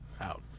out